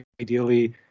ideally